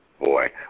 Boy